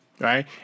Right